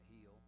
heal